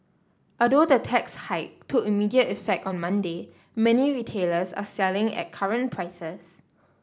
although the tax hike took immediate effect on Monday many retailers are selling at current prices